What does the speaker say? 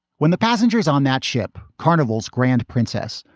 when the passengers on that ship, carnival's grand princess,